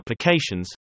applications